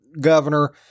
governor